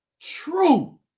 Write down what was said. true